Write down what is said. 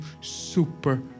super